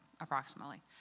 approximately